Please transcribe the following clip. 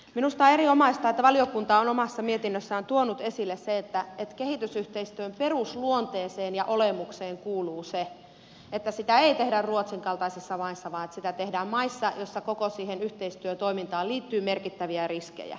minusta on erinomaista että valiokunta on omassa mietinnössään tuonut esille sen että kehitysyhteistyön perusluonteeseen ja olemukseen kuuluu se että sitä ei tehdä ruotsin kaltaisissa maissa vaan sitä tehdään maissa joissa koko siihen yhteistyötoimintaan liittyy merkittäviä riskejä